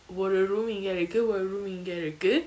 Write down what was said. ஒரு:oru room இங்க இருக்கு ஒரு:inga iruku oru room இங்க இருக்கு:inga iruku